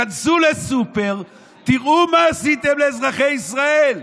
תיכנסו לסופר ותראו מה עשיתם לאזרחי ישראל.